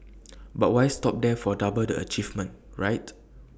but why stop there for double the achievement right